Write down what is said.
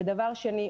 דבר שני,